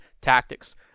tactics